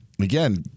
again